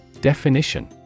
Definition